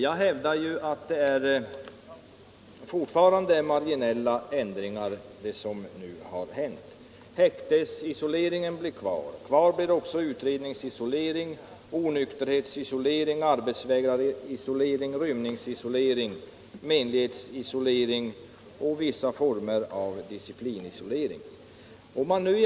Jag vidhåller att det som nu föreslås är marginella ändringar. Häktesisoleringen blir kvar, kvar blir också utredningsisolering, onykterhetsisolering, arbetsvägrarisolering, rymningsisolering, menedsisolering och vissa former av disciplinisolering.